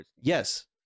Yes